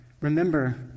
remember